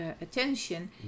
attention